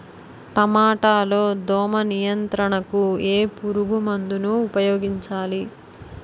టమాటా లో దోమ నియంత్రణకు ఏ పురుగుమందును ఉపయోగించాలి?